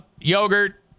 yogurt